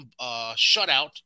shutout